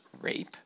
rape